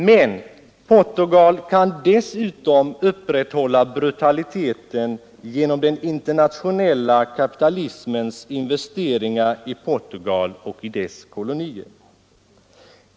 Men Portugal kan dessutom upprätthålla brutaliteten genom den internationella kapitalismens investeringar i Portugal och i dess kolonier.